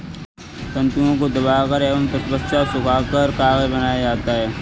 तन्तुओं को दबाकर एवं तत्पश्चात सुखाकर कागज बनाया जाता है